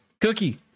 Cookie